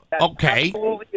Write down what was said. okay